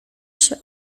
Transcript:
się